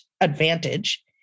advantage